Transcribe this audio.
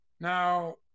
Now